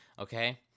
okay